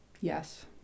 Yes